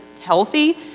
healthy